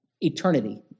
Eternity